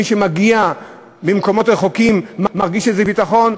מי שמגיע ממקומות רחוקים מרגיש ביטחון,